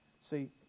see